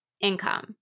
income